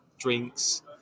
Drinks